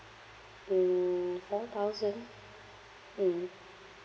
mm one thousand mm